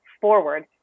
forward